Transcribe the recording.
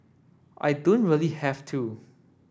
I don't really have to